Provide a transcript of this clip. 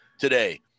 today